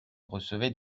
recevait